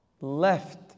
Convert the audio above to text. left